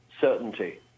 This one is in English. certainty